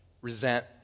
resent